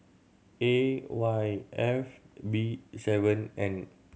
A Y F B seven N